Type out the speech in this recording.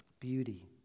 beauty